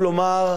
כמעט,